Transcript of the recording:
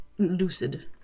Lucid